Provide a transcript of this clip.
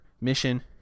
mission